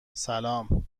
سلام